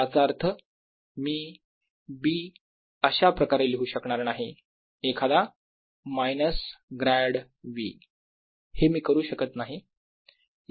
याचा अर्थ मी B अशाप्रकारे लिहू शकणार नाही एखादा मायनस ग्रॅड V हे मी करू शकत नाही